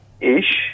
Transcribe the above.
ish